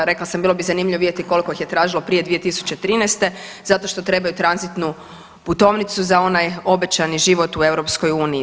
Rekla sam bilo bi zanimljivo vidjeti koliko ih je tražilo prije 2013. zato što trebaju tranzitnu putovnicu za onaj obećani život u EU.